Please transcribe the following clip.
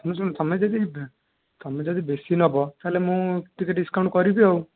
ତମେ ଶୁଣ ତମେ ଯଦି ତମେ ଯଦି ବେଶୀ ନେବ ମୁଁ ତାହେଲେ ଟିକେ ଡିସକାଉଣ୍ଟ କରିବି ଆଉ